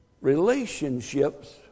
Relationships